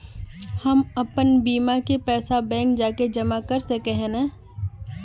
हम अपन बीमा के पैसा बैंक जाके जमा कर सके है नय?